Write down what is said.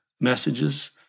messages